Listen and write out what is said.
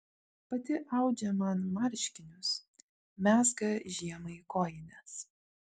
pati audžia man marškinius mezga žiemai kojines